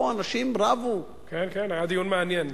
פה אנשים רבו, כן, כן, היה דיון מעניין.